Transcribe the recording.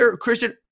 Christian